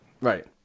Right